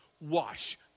wash